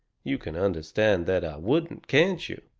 you can understand that i wouldn't, can't you?